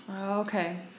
Okay